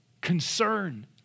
concern